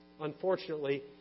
Unfortunately